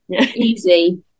easy